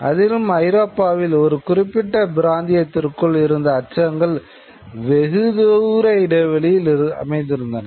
அதிலும் ஐரோப்பாவில் ஒரு குறிப்பிட்ட பிராந்தியத்திற்குள் இருந்த அச்சகங்கள் வெகுதூர இடைவெளியில் அமைந்திருந்தன